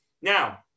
Now